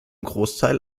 großteil